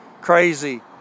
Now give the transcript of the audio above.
crazy